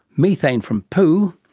methane from poo,